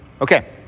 Okay